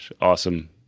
awesome